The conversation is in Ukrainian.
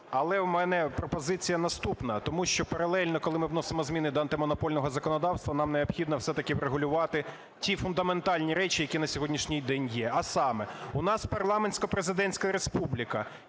Але у мене пропозиція наступна. Тому що паралельно, коли ми вносимо зміни до антимонопольного законодавства, нам необхідно все-таки врегулювати ті фундаментальні речі, які на сьогоднішній день є, а саме: у нас парламентсько-президентська республіка,